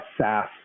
SaaS